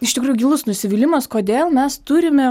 iš tikrųjų gilus nusivylimas kodėl mes turime